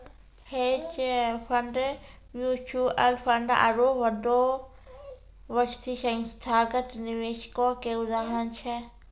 hedge fund, mutual fund आरु बंदोबस्ती संस्थागत निवेशको के उदाहरण छै